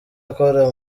akora